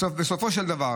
בסופו של דבר,